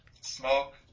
smoke